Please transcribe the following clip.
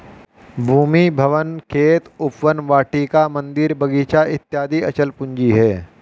भूमि, भवन, खेत, उपवन, वाटिका, मन्दिर, बगीचा इत्यादि अचल पूंजी है